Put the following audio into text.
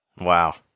Wow